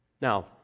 Now